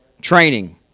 training